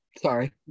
sorry